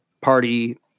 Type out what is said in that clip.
party